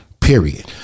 Period